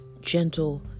gentle